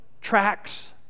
tracks